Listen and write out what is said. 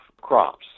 crops